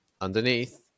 underneath